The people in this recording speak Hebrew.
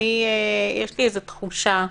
יש לי תחושה,